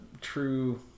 true